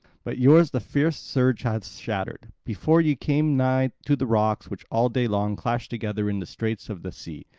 but yours the fierce surge hath shattered, before ye came nigh to the rocks which all day long clash together in the straits of the sea.